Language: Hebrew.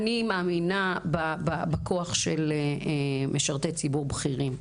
אני מאמינה בכוח של משרתי ציבור בכירים.